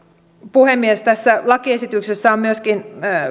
puhemies tässä lakiesityksessä on myöskin